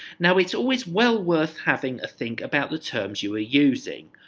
now it's always well worth having a think about the terms you were using.